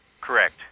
Correct